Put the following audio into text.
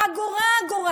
אגורה-אגורה,